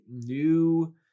new